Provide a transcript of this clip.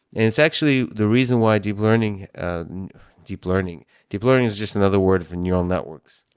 and it's actually the reason why deep learning and deep learning deep learning is just another word for neural networks.